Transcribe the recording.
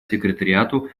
секретариату